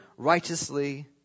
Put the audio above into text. Righteously